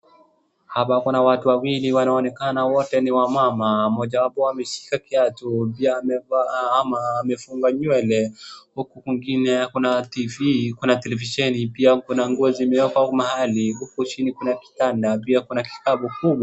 Hapa kuna watu wawili wanaonekana wote ni wamama. Mojawapo ameshika kiatu, pia amevaa, amefunga nywele huku kwingine kuna TV , kuna televisheni. Pia kuna nguo zimewekwa mahali, huku chini kuna kitanda pia kuna kikapu kubwa.